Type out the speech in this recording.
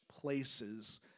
places